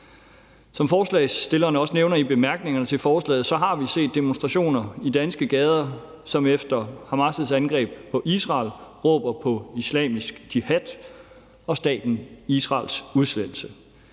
Som forslagsstillerne også nævner i bemærkningerne til forslaget, har vi set demonstrationer i danske gader, som efter Hamas' angreb på Israel råber på islamisk jihad og staten Israels udslettelse